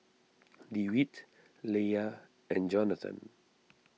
Dewitt Leia and Jonathan